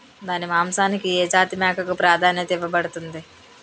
దాని మాంసానికి ఏ జాతి మేకకు ప్రాధాన్యత ఇవ్వబడుతుంది?